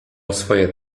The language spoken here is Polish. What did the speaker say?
swoje